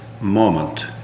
moment